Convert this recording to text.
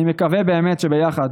אני מקווה באמת שביחד,